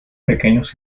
pequeños